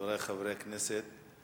חברי חברי הכנסת,